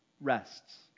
rests